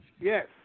Yes